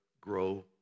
grow